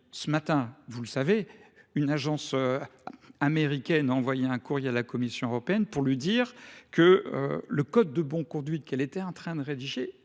ce matin, vous le savez, une agence américaine a envoyé un courrier à la Commission européenne pour lui dire que le code de bonne conduite qu'elle était en train de rédiger